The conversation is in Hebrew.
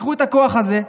תיקחו את הכוח הזה,